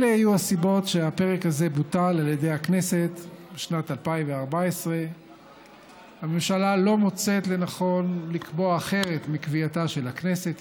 אלה היו הסיבות שהפרק הזה בוטל על ידי הכנסת בשנת 2014. הממשלה לא מוצאת לנכון לקבוע אחרת מקביעתה של הכנסת.